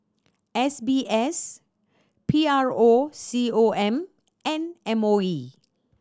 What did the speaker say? S B S P R O C O M and M O E